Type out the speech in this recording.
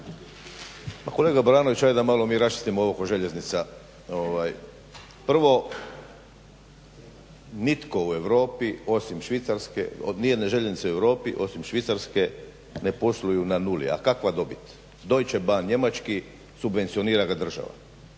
kolega Baranović, hajde da malo mi raščistimo ovo oko željeznica. Prvo, nitko u Europi osim Švicarske, od ni jedne željeznice u Europi osim Švicarske ne posluju na nuli, a kakva dobit. Deutsche bahn njemački subvencionira ga država.